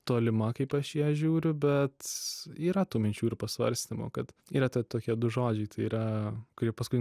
tolima kaip aš į ją žiūriu bet yra tų minčių ir pasvarstymų kad yra tie tokie du žodžiai tai yra kurie paskui